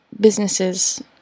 businesses